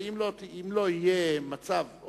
ואם לא יהיה מצב,